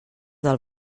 del